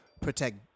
protect